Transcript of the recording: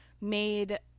made